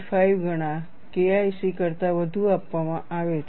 5 ગણા KIC કરતાં વધુ આપવામાં આવે છે